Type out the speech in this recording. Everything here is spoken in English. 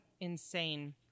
Insane